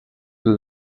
del